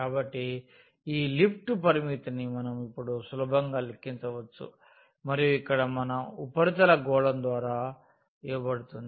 కాబట్టి ఈ లిఫ్ట్ పరిమితిని మనం ఇప్పుడు సులభంగా లెక్కించవచ్చు మరియు ఇక్కడ మన ఉపరితలం గోళం ద్వారా ఇవ్వబడుతుంది